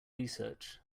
research